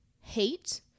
hate